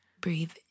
Breathe